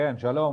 שלום.